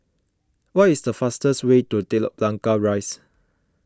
what is the fastest way to Telok Blangah Rise